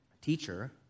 Teacher